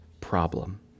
problem